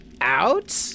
out